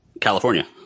California